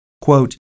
Quote